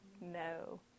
No